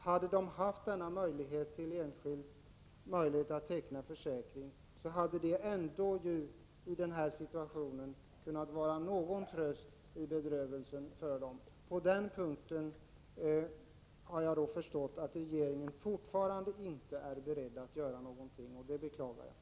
Hade de haft möjlighet att teckna enskild försäkring, skulle det i denna situation ändå ha kunnat vara till någon tröst för dem i bedrövelsen. Jag har förstått att regeringen fortfarande inte är beredd att göra någonting på denna punkt. Det beklagar jag.